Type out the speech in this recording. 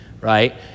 Right